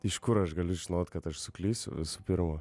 iš kur aš galiu žinot kad aš suklysiu visų pirma